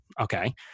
Okay